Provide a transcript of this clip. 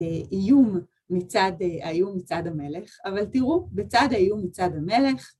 איום מצד המלך, אבל תראו, בצד האיום מצד המלך